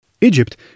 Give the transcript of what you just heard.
Egypt